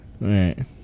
right